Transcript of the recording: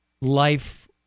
life